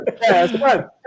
Yes